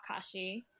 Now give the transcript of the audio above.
Akashi